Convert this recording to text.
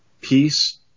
Peace